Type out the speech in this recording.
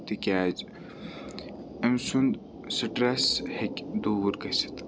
تِکیٛازِ أمۍ سُنٛد سٹرٛٮ۪س ہیٚکہِ دوٗر گٔژھِتھ